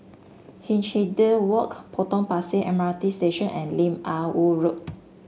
Hindhede Walk Potong Pasir M R T Station and Lim Ah Woo Road